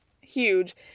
Huge